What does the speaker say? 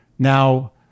Now